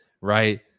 right